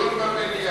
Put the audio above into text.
דיון במליאה.